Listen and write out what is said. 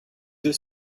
deux